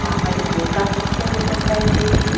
ആ അതെ അതെ കണ്ണിന് സൈഡ് ഇപ്പോൾ എത്ര ആഴ്ച ഒഴിക്കുന്നു